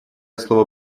слово